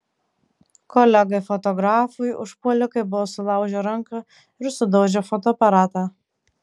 kolegai fotografui užpuolikai buvo sulaužę ranką ir sudaužę fotoaparatą